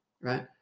right